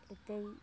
এতেই